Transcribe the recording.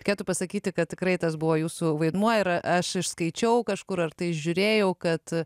reikėtų pasakyti kad tikrai tas buvo jūsų vaidmuo ir aš išskaičiau kažkur ar tai žiūrėjau kad